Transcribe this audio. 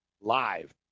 Live